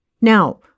Now